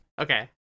Okay